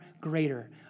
greater